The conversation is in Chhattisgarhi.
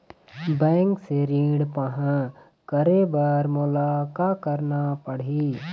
बैंक से ऋण पाहां करे बर मोला का करना पड़ही?